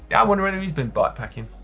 yeah i wonder whether he's been bike packing.